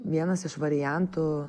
vienas iš variantų